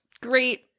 great